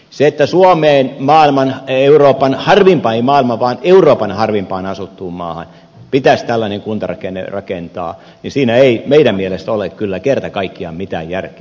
siinä että suomi ei maailman euroopan halvin tai maailman suomeen euroopan harvimpaan asuttuun maahan pitäisi tällainen kuntarakenne rakentaa ei meidän mielestämme ole kyllä kerta kaikkiaan mitään järkeä